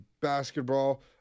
basketball